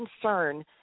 concern